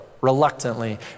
reluctantly